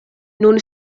nun